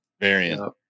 variant